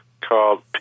called